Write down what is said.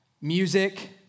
music